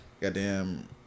goddamn